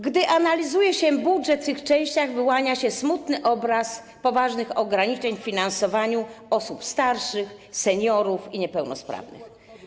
Gdy analizuje się te części budżetu, wyłania się smutny obraz poważnych ograniczeń w finansowaniu osób starszych, seniorów i niepełnosprawnych.